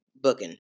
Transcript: booking